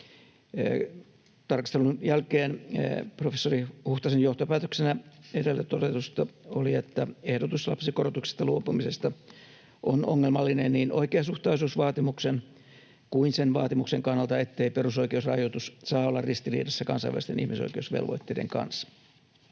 Tarkastelun jälkeen professori Huhtasen johtopäätöksenä edellä todetusta oli, että ehdotus lapsikorotuksesta luopumisesta on ongelmallinen niin oikeasuhtaisuusvaatimuksen kuin sen vaatimuksen kannalta, ettei perusoikeusrajoitus saa olla ristiriidassa kansainvälisten ihmisoikeusvelvoitteiden kanssa.